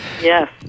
Yes